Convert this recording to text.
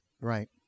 Right